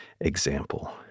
example